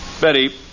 Betty